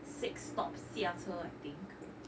six stops 下车 I think